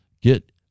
get